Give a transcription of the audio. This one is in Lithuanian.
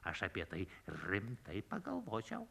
aš apie tai rimtai pagalvočiau